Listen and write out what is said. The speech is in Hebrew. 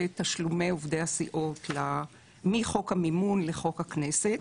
תשלומי עובדי הסיעות מחוק המימון לחוק הכנסת